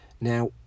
now